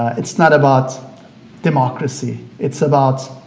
it's not about democracy. it's about,